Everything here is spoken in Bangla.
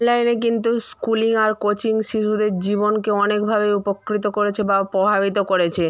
লাইনে কিন্তু স্কুলিং আর কোচিং শিশুদের জীবনকে অনেকভাবে উপকৃত করেছে বা প্রভাবিত করেছে